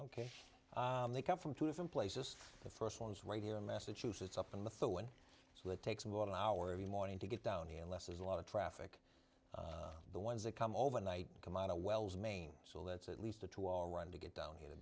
ok they come from two different places the first one is right here in massachusetts up in the so and so it takes about an hour every morning to get down here unless there's a lot of traffic the ones that come overnight come out of wells maine so that's at least a two hour run to get down here the